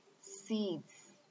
seeds